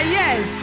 yes